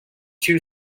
two